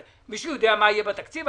מישהו יודע מה יהיה בתקציב?